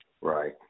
Right